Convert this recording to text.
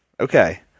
Okay